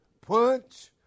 punch